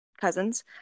cousins